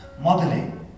modeling